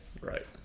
Right